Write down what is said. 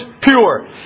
pure